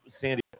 Sandy